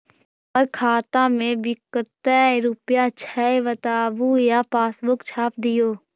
हमर खाता में विकतै रूपया छै बताबू या पासबुक छाप दियो?